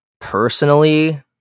personally